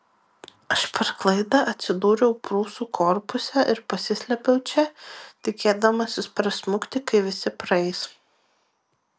aš per klaidą atsidūriau prūsų korpuse ir pasislėpiau čia tikėdamasis prasmukti kai visi praeis